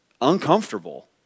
uncomfortable